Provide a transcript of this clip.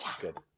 good